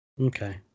okay